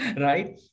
Right